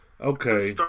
Okay